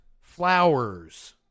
flowers